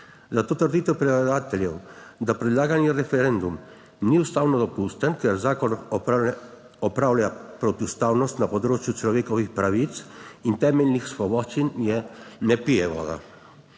Zato trditev predlagateljev, da predlagani referendum ni ustavno dopusten, ker zakon odpravlja protiustavnost na področju človekovih pravic in temeljnih svoboščin, ne pije voda.